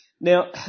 Now